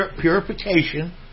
purification